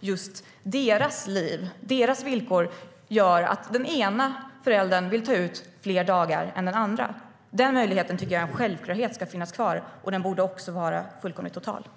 just deras liv eller villkor gör att den ena föräldern vill ta ut fler dagar än den andra. Den möjligheten tycker jag är en självklarhet och ska finnas kvar. Den borde också vara fullkomligt total.